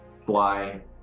fly